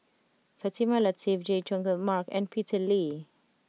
Fatimah Lateef Chay Jung Jun Mark and Peter Lee